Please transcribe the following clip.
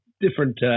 different